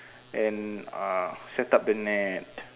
and uh set up the net